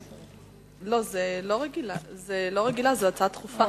זו הצעה דחופה.